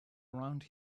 around